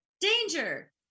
danger